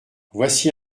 voici